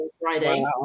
Friday